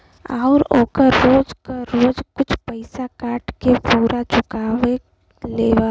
आउर ओकर रोज क रोज कुछ पइसा काट के पुरा चुकाओ लेवला